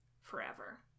forever